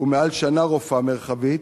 ומעל שנה, רופאה מרחבית,